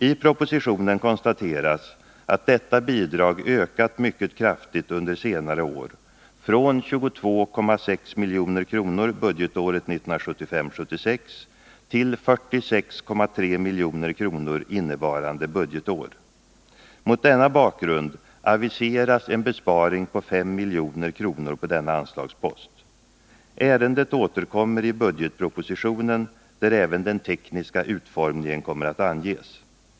I propositionen konstateras att detta bidrag ökat mycket kraftigt under senare år, från 22,6 milj.kr. budgetåret 1975/76 till 46,3 milj.kr. innevarande budgetår. Mot denna bakgrund aviseras en besparing på 5 milj.kr. på denna anslagspost. Ärendet återkommer i budgetpropositionen, där även den tekniska utformningen kommer att anges.